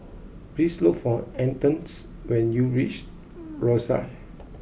please look for Antons when you reach Rosyth